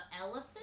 elephant